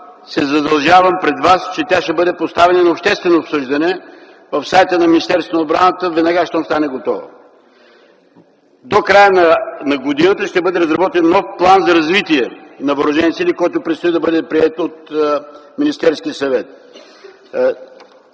се задължавам пред вас, че ще бъде поставена и на обществено обсъждане в сайта на Министерството на отбраната веднага щом стане готова. До края на годината ще бъде разработен нов план за развитие на въоръжените сили, който предстои да бъде приет от Министерския съвет.